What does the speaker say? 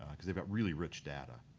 because they've got really rich data.